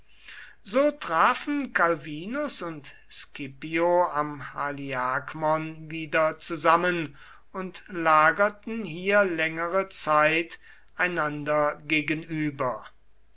so trafen calvinus und scipio am haliakmon wieder zusammen und lagerten hier längere zeit einander gegenüber